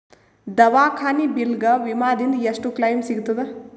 ದವಾಖಾನಿ ಬಿಲ್ ಗ ವಿಮಾ ದಿಂದ ಎಷ್ಟು ಕ್ಲೈಮ್ ಸಿಗತದ?